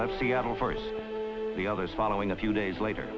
left seattle for the others following a few days later